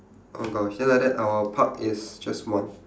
oh gosh then like that our park is just one